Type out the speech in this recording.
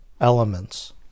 elements